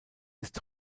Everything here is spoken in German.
ist